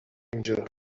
اینجا